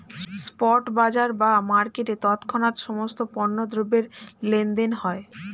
spot বাজার বা মার্কেটে তৎক্ষণাৎ সমস্ত পণ্য দ্রব্যের লেনদেন হয়